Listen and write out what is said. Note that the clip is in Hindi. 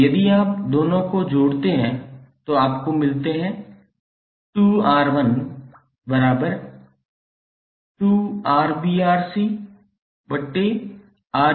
अब यदि आप दोनों को जोड़ते हैं तो आपको मिलते हैं 2𝑅12𝑅𝑏𝑅𝑐𝑅𝑎𝑅𝑏𝑅𝑐 आपको मिलेंगे 2𝑅𝑏𝑅𝑐 इसलिए 2 दोनों पक्षों से रद्द हो जाएंगे